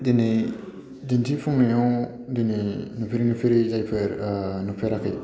दिनै दिन्थिफुंनायाव दिनै नुफेरै नुफेरै जायफोर नुफेराखै